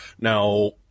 Now